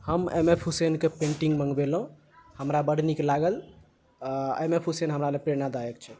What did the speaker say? हम M F हुसैनके painting मँगबेलहुँ हमरा बड्ड नीक लागल आ एम एफ हुसैन हमरा लेल प्रेरणादायक छथि